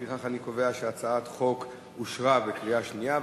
לפיכך, אני קובע שהצעת החוק אושרה בקריאה השנייה.